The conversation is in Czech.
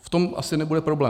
V tom asi nebude problém.